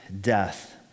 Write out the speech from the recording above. death